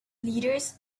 leaders